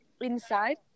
inside